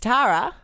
Tara